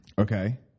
Okay